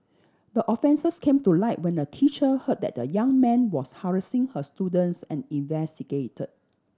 the offences came to light when a teacher heard that a young man was harassing her students and investigated